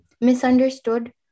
misunderstood